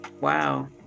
wow